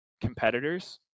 competitors